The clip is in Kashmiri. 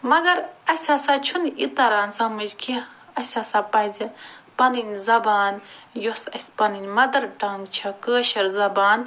مگر اسہِ ہسا چھُنہٕ یہِ تران سمٕجھ کیٚنٛہہ اسہِ ہسا پَزِ پَنٕنۍ زبان یۄس اسہِ پَنٕنۍ مَدَر ٹنٛگ چھِ کٲشِر زبان